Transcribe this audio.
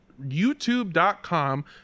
youtube.com